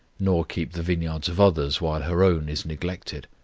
nor keep the vineyards of others while her own is neglected.